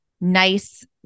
nice